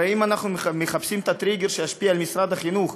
הרי אם אנחנו מחפשים את הטריגר שישפיע על משרד החינוך,